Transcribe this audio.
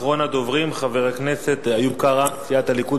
אחרון הדוברים, חבר הכנסת איוב קרא, סיעת הליכוד.